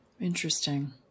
interesting